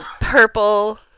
purple